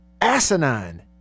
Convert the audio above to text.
asinine